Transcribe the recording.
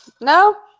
No